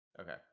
Okay